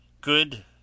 Good